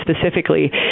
specifically